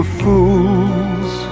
fools